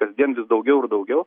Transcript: kasdien vis daugiau ir daugiau